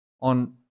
on